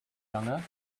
younger